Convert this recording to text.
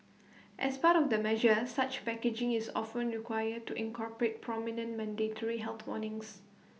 as part of the measure such packaging is often required to incorporate prominent mandatory health warnings